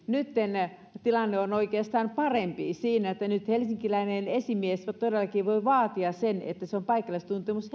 nytten tilanne on oikeastaan parempi siinä että nyt esimerkiksi helsinkiläinen esimies todellakin voi vaatia että se on paikallistuntemus